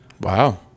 Wow